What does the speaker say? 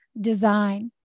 design